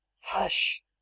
hush